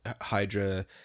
Hydra